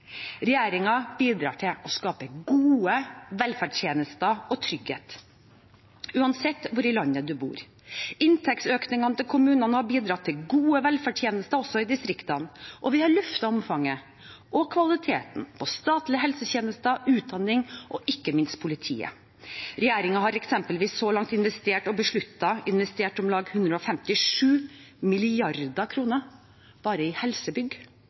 bidrar til å skape gode velferdstjenester og trygghet uansett hvor i landet man bor. Inntektsøkningene til kommunene har bidratt til gode velferdstjenester også i distriktene. Vi har også løftet omfanget av og kvaliteten på statlige helsetjenester, utdanning og ikke minst politiet. Regjeringen har f.eks. så langt investert og besluttet investert om lag 157 mrd. kr bare i helsebygg.